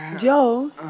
Joe